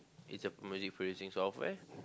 it's a music creating software